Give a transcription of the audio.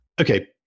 Okay